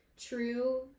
True